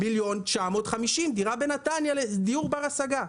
1,950,000, דירה בנתניה לדיור בר השגה.